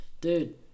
Dude